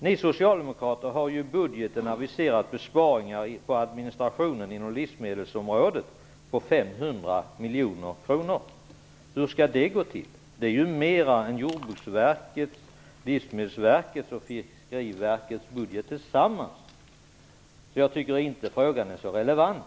Ni socialdemokrater har i budgeten aviserat besparingar på administrationen inom livsmedelsområdet med 500 miljoner kronor. Hur skall det gå till? Det är mer än Fiskeriverkets budgetar tillsammans. Jag tycker inte frågan är precis relevant.